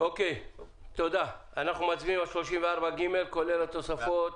אנחנו מצביעים על סעיף 34ג כולל התוספת